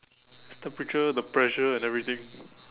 it's temperature the pressure and everything